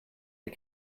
des